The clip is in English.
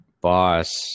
boss